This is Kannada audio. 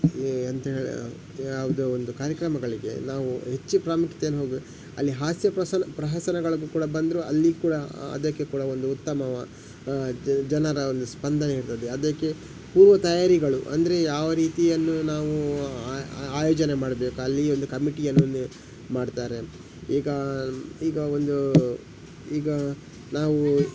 ಈ ಎಂತ ಹೇಳಿ ಯಾವುದೋ ಒಂದು ಕಾರ್ಯಕ್ರಮಗಳಿಗೆ ನಾವು ಹೆಚ್ಚು ಪ್ರಾಮುಖ್ಯತೆಯನ್ನೋದು ಅಲ್ಲಿ ಹಾಸ್ಯ ಪ್ರಹಸನಗಳನ್ನು ಕೂಡ ಬಂದರು ಅಲ್ಲಿ ಕೂಡ ಅದಕ್ಕೆ ಕೂಡ ಒಂದು ಉತ್ತಮವಾ ಜನರ ಒಂದು ಸ್ಪಂದನೆ ಇರ್ತದೆ ಅದಕ್ಕೆ ಪೂರ್ವ ತಯಾರಿಗಳು ಅಂದರೆ ಯಾವ ರೀತಿಯನ್ನು ನಾವು ಆಯೋಜನೆ ಮಾಡಬೇಕು ಅಲ್ಲಿ ಒಂದು ಕಮಿಟಿಯನ್ನು ಮಾಡ್ತಾರೆ ಈಗ ಈಗ ಒಂದು ಈಗ ನಾವು